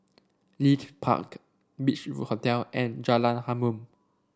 Leith Park Beach Hotel and Jalan Harum